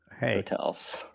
hotels